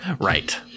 Right